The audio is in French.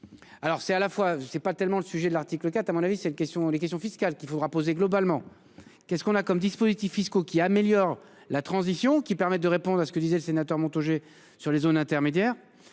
Alors c'est à la fois je ne sais pas tellement le sujet de l'article 4 à mon avis, c'est une question les questions fiscales qu'il faudra poser globalement, qu'est-ce qu'on a comme dispositifs fiscaux qui améliore la transition qui permette de répondre à ce que disait le sénateur Montaugé sur les zones intermédiaires